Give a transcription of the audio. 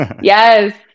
Yes